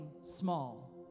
small